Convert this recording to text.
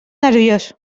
nerviós